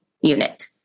Unit